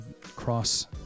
cross